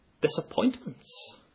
disappointments